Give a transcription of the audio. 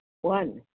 One